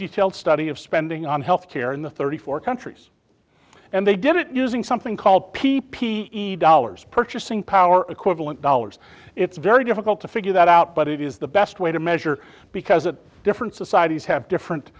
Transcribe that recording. detailed study of spending on health care in the thirty four countries and they did it using something called p p e dollars purchasing power equivalent dollars it's very difficult to figure that out but it is the best way to measure because the different societies have different